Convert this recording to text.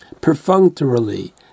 perfunctorily